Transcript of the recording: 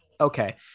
okay